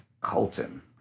Colton